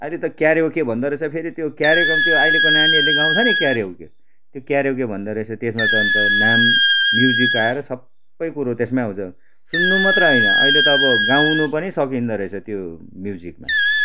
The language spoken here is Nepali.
अहिले त क्यारोके भन्दा रहेछ फेरि त्यो क्यारोकेमा त्यो अहिले नानीहरूले गाउँछ नि क्यारोके त्यो क्यारोके भन्दारहेछ त्यसमा त अन्त नाम म्युजिक आएर सबै कुरो त्यसमै आउँछ सुन्नु मात्रै होइन अहिले त अब गाउनु पनि सकिँदो रहेछ त्यो म्युजिकमा